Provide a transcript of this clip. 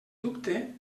dubte